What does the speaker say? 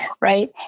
Right